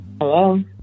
Hello